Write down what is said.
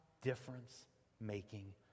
difference-making